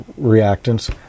reactants